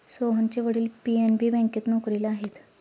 सोहनचे वडील पी.एन.बी बँकेत नोकरीला आहेत